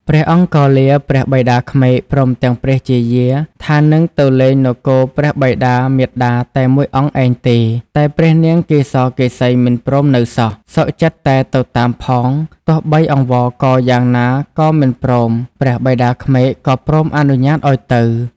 ព្រះអង្គក៏លាព្រះបិតាក្មេក ព្រមទាំង ព្រះជាយា ថានឹងទៅលេងនគរព្រះបិតា-មាតាតែ ១ អង្គឯងទេ តែព្រះនាងកេសកេសីមិនព្រមនៅសោះ សុខចិត្តតែទៅតាមផង ទោះបីអង្វរករយ៉ាងណាក៏មិនព្រមព្រះបិតាក្មេក ក៏ព្រមអនុញ្ញាតឲ្យទៅ។